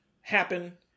happen